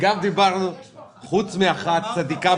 פרט לאחת צדיקה